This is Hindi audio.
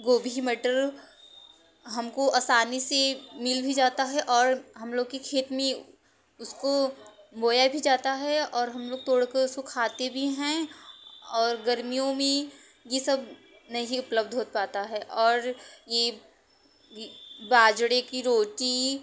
गोभी मटर हमको आसानी से मिल भी जाता है और हम लोग के खेत में उसको बोया भी जाता है और लोग तोड़ के उसको खाते भी हैं और गर्मीयो में ये सब नहीं उपलब्ध हो पता है और ये ये बाजरे की रोटी